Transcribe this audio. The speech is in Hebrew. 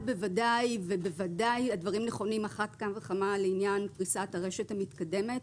בוודאי הדברים נכונים על אחת כמה וכמה לעניין פריסת הרשת המתקדמת.